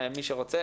מי שרוצה,